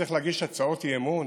וצריך להגיש הצעות אי-אמון